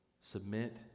submit